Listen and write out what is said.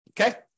Okay